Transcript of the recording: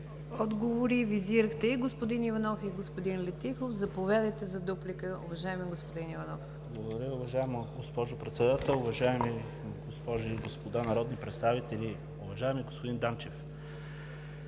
отговор и визирахте и господин Иванов, и господин Летифов. Заповядайте за дуплика, уважаеми господин Иванов. СТАНИСЛАВ ИВАНОВ (ГЕРБ): Благодаря. Уважаема госпожо Председател, уважаеми госпожи и господа народни представители! Уважаеми господин Данчев,